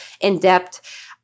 in-depth